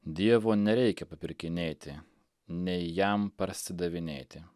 dievo nereikia papirkinėti nei jam parsidavinėti